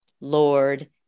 Lord